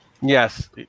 Yes